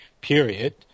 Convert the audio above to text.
period